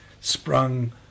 sprung